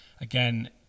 again